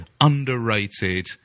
underrated